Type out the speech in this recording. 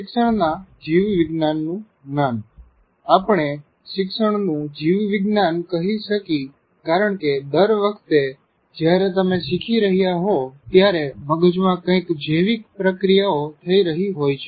શિક્ષણનાં જીવવિજ્ઞાનનું જ્ઞાન આપણે શિક્ષણનું જીવવિજ્ઞાન કહી શકી કારણ કે દર વખતે જ્યારે તમે શીખી રહ્યા હો ત્યારે મગજમાં કંઇક જૈવિક પ્રક્રિયાઓ થઈ રહી હોય છે